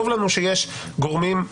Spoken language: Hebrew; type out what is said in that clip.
טוב לנו שיש גורמים,